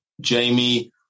Jamie